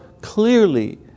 clearly